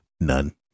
None